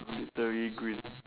military green